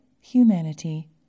Humanity